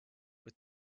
with